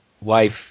wife